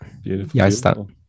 Beautiful